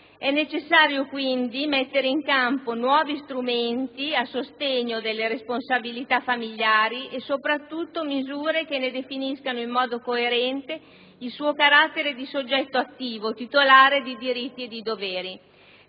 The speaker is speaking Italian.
È necessario, quindi, mettere in campo nuovi strumenti a sostegno delle responsabilità familiari e, soprattutto, misure che ne definiscano in modo coerente il suo carattere di soggetto attivo, titolare di diritti e di doveri.